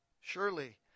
Surely